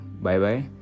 bye-bye